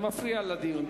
זה מפריע לדיון.